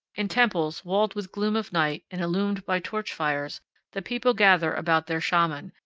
in temples walled with gloom of night and illumed by torch fires the people gather about their shaman,